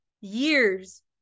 years